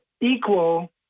equal